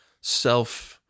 self